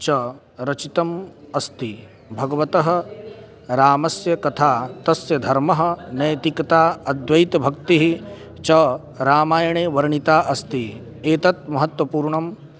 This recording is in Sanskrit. च रचितम् अस्ति भगवतः रामस्य कथा तस्य धर्मः नैतिकता अद्वैतभक्तिः च रामायणे वर्णिता अस्ति एतत् महत्त्वपूर्णं